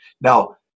Now